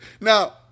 Now